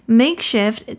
makeshift